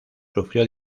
sufrió